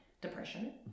depression